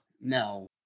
No